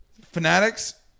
Fanatics